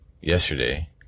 yesterday